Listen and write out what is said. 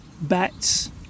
bats